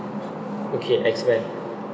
okay X men